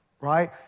right